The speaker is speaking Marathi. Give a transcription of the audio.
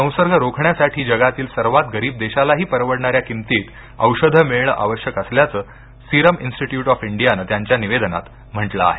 संसर्ग रोखण्यासाठी जगातील सर्वात गरीब देशालाही परवडणाऱ्या किमतीत औषध मिळणं आवश्यक असल्याचं सिरम इन्स्टिट्यूट ऑफ इंडियानं त्यांच्या निवेदनात म्हटलं आहे